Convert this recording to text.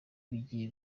bigiye